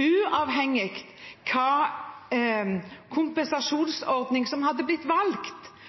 Uavhengig av hva slags kompensasjonsordning som hadde blitt valgt,